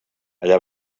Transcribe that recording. allà